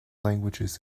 languages